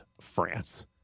France